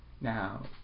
Now